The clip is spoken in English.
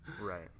right